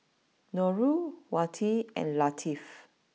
Nurul Wati and Latif